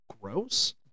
gross